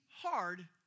hard